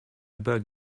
bug